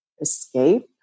escape